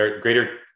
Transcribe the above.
greater